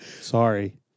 Sorry